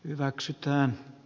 hyväksyttyä